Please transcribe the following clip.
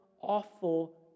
awful